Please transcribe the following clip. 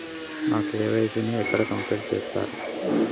నా కే.వై.సీ ని ఎక్కడ కంప్లీట్ చేస్తరు?